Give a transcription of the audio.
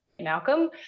malcolm